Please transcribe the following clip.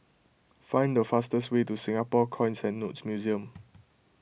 find the fastest way to Singapore Coins and Notes Museum